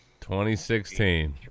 2016